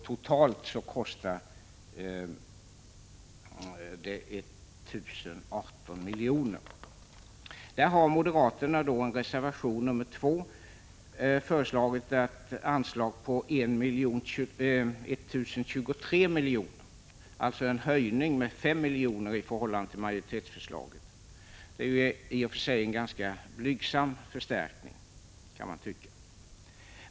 Totalt blir det 1 018 miljoner. Moderaterna har i sin reservation, nr 2, föreslagit ett anslag på 1023 miljoner, alltså en höjning med 5 miljoner i förhållande till majoritetsförslaget. Det är en i och för sig ganska blygsam förstärkning, kan man tycka.